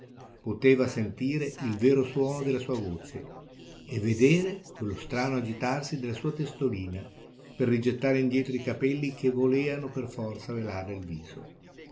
poteva sentire il vero suono della sua voce e vedere quello strano agitarsi della sua testolina per rigettare indietro i capelli che voleano per forza velarle il viso